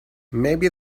maybe